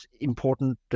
important